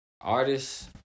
Artists